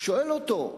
שואל אותו,